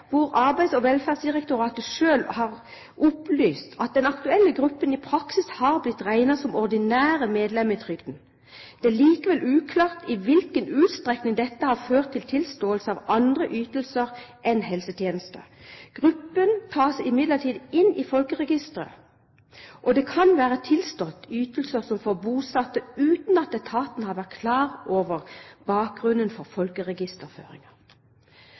hvor Arbeids- og velferdsdirektoratet selv har opplyst at «den aktuelle gruppen i praksis er blitt regnet som ordinære medlemmer i trygden. Det er likevel uklart i hvilken utstrekning dette har ført til tilståelse av andre ytelser enn helsetjenestene. Gruppen tas imidlertid inn i folkeregisteret, og det kan være tilstått ytelser som for bosatte uten at etaten har vært klar over bakgrunnen for